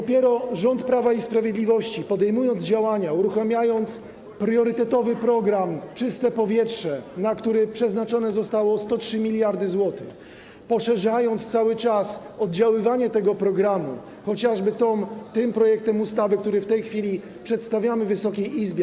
Dopiero rząd Prawa i Sprawiedliwości, podejmując działania, uruchamiając priorytetowy program „Czyste powietrze”, na który przeznaczone zostały 103 mld zł, poszerzając cały czas oddziaływanie tego programu, chociażby tym projektem ustawy, który w tej chwili przedstawiamy Wysokiej Izbie.